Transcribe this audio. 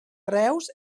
reus